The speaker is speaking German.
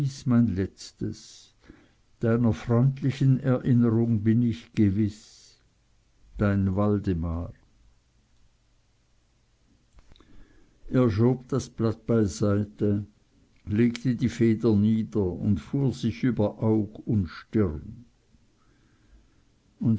mein letztes deiner freundlichen erinnerung bin ich gewiß dein waldemar er schob das blatt beiseite legte die feder nieder und fuhr sich über aug und stirn